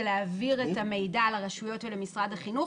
זה להעביר את המידע לרשויות ולמשרד החינוך,